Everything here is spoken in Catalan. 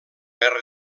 guerra